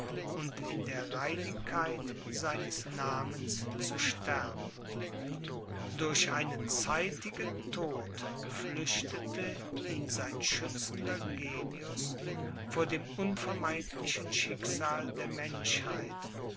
und in der reinigkeit seines namens zu sterben durch einen zeitigen tod flüchtete ihn sein schützender genius vor dem unvermeidlichen schicksal der menschheit